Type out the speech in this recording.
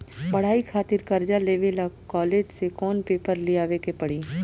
पढ़ाई खातिर कर्जा लेवे ला कॉलेज से कौन पेपर ले आवे के पड़ी?